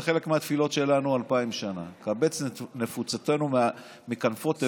זה חלק מהתפילות שלנו אלפיים שנה: קבץ נפוצותינו מכנפות תבל.